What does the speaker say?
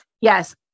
Yes